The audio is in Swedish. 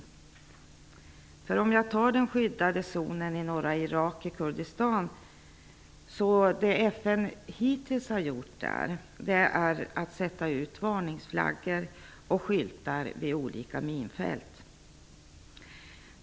Det som FN hittills har gjort i den skyddade zonen i norra Irak, i Kurdistan, är att sätta ut varningsflaggor och skyltar vid olika minfält.